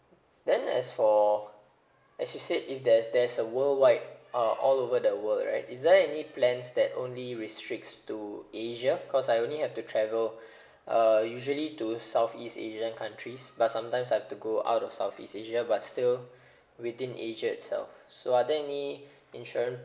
then as for as you said if there's there's a worldwide ah all over the world right is there any plans that only restricts to asia cause I only had to travel uh usually to southeast asia countries but sometimes I have to go out of southeast asia but still within asia itself so are there any insurance